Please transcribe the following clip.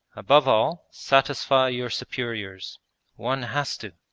above all, satisfy your superiors one has to!